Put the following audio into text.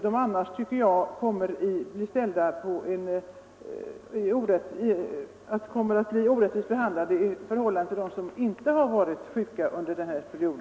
I annat fall blir de orättvist behandlade i förhållande till dem som inte har varit sjuka under denna period.